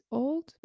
old